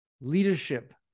leadership